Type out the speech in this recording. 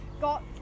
got